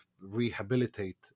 rehabilitate